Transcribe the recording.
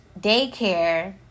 Daycare